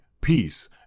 Peace